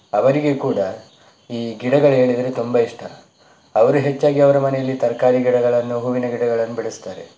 ಅವರಿಗೆ ಕೂಡ ಈ ಗಿಡಗಳು ಹೇಳಿದರೆ ತುಂಬ ಇಷ್ಟ ಅವರು ಹೆಚ್ಚಾಗಿ ಅವರ ಮನೆಯಲ್ಲಿ ತರಕಾರಿ ಗಿಡಗಳನ್ನು ಹೂವಿನ ಗಿಡಗಳನ್ನು ಬೆಳೆಸ್ತಾರೆ